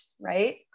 right